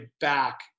back